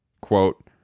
quote